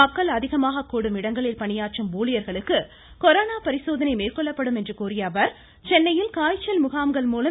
மக்கள் அதிகமாக கூடும் இடங்களில் பணியாற்றும் ஊழியர்களுக்கு கொரோனா பரிசோதனை மேற்கொள்ளப்படும் என்று கூறிய அவர் சென்னையில் காய்ச்சல் முகாம்கள் மூலம்